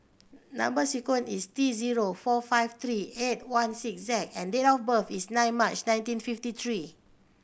number sequence is T zero four five three eight one six Z and date of birth is nine March nineteen fifty three